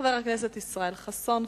חבר הכנסת ישראל חסון,